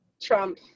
Trump